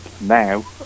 now